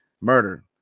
murder